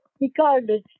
regardless